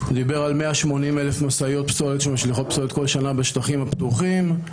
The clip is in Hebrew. דיבר על 180,000 משאיות פסולת שמשליכות פסולת כול שנה בשטחים הפתוחים.